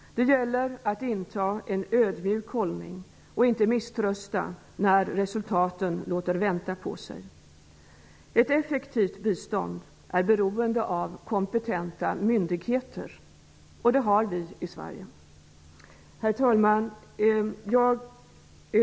Det gäller att inta en ödmjuk hållning och inte misströsta när resultaten låter vänta på sig. Ett effektivt bistånd är beroende av kompetenta myndigheter. Det har vi i Herr talman!